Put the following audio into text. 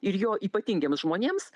ir jo ypatingiems žmonėms